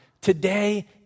today